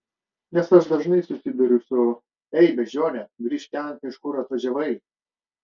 nes aš dažnai susiduriu su ei beždžione grįžk ten iš kur atvažiavai